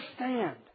understand